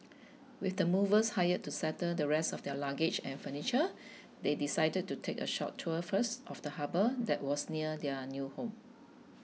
with the movers hired to settle the rest of their luggage and furniture they decided to take a short tour first of the harbour that was near their new home